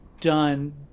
done